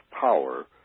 power